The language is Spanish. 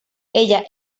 ella